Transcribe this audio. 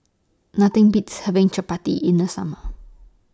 Nothing Beats having Chappati in The Summer